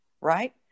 right